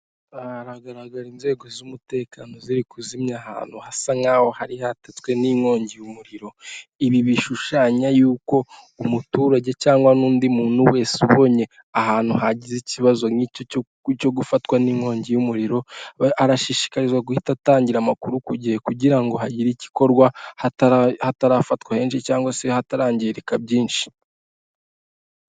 Aha hagaragara inzego z'umutekano ziri kuzimya ahantu hasa nk'aho hari hatatswe n'inkongi yumuriro. Ibi bishushanya yuko umuturage cyangwa n'undi muntu wese ubonye ahantu hagize ikibazo nk'icyo gufatwa n'inkongi y'umuriro, arashishikarizwa guhita atangira amakuru ku gihe, kugira ngo hagire igikorwa hatarafatwa henshi cyangwa se hatarangirika byinshi.